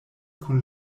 kun